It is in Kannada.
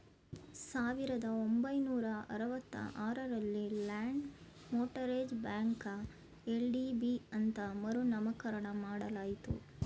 ಸಾವಿರದ ಒಂಬೈನೂರ ಅರವತ್ತ ಆರಲ್ಲಿ ಲ್ಯಾಂಡ್ ಮೋಟರೇಜ್ ಬ್ಯಾಂಕ ಎಲ್.ಡಿ.ಬಿ ಅಂತ ಮರು ನಾಮಕರಣ ಮಾಡಲಾಯಿತು